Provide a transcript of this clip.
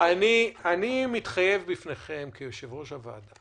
אני מתחייב בפניכם כיושב-ראש הוועדה,